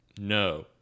no